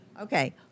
Okay